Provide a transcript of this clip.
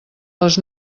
les